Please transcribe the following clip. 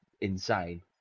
insane